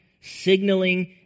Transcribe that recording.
signaling